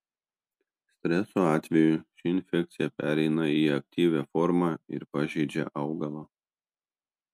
streso atveju ši infekcija pereina į aktyvią formą ir pažeidžia augalą